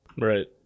Right